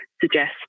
suggest